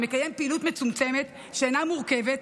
שמקיים פעילות מצומצמת שאינה מורכבת,